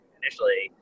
initially